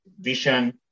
vision